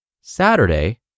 Saturday